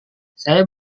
saya